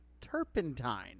turpentine